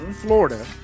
Florida